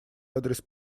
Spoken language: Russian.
адрес